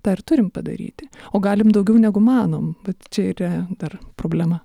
tą ir turim padaryti o galim daugiau negu manom vat čia yra dar problema